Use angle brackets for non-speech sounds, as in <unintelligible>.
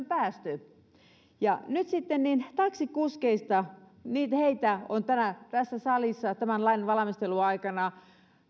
<unintelligible> päästy siihen tilanteeseen nyt sitten taksikuskeista heitä on tässä salissa tämän lain valmistelun aikana